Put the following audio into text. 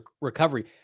recovery